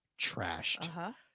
Trashed